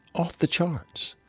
off the charts!